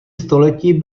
století